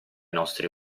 nostri